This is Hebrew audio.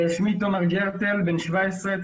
שמי תומר גרטל בן 17,